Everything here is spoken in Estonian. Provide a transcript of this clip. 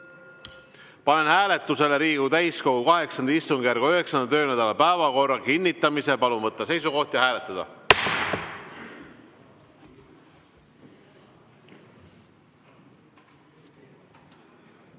Panen hääletusele Riigikogu täiskogu VIII istungjärgu 9. töönädala päevakorra kinnitamise. Palun võtta seisukoht ja hääletada!